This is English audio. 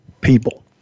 people